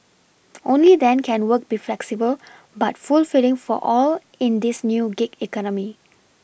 only then can work be flexible but fulfilling for all in this new gig economy